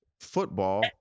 football